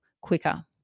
quicker